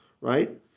right